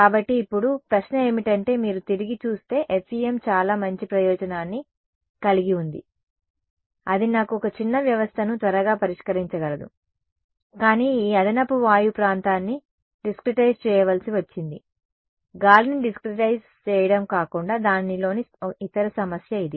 కాబట్టి ఇప్పుడు ప్రశ్న ఏమిటంటే మీరు తిరిగి చూస్తే FEM చాలా మంచి ప్రయోజనాన్ని కలిగి ఉంది అది నాకు ఒక చిన్న వ్యవస్థను త్వరగా పరిష్కరించగలదు కానీ ఈ అదనపు వాయు ప్రాంతాన్ని డిస్క్రెటైజ్ చేయవలసి వచ్చింది గాలిని డిస్క్రెటైస్ చేయడం కాకుండా దానిలోని ఇతర సమస్య ఇది